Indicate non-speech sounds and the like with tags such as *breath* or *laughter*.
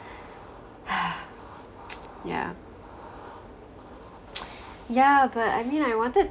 *breath* *noise* yeah *noise* yeah but I mean I wanted